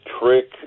trick